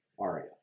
Aria